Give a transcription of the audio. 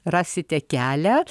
rasite kelią